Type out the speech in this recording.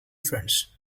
fronts